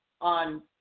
on